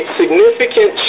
significant